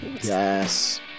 yes